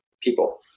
people